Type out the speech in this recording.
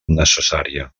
necessària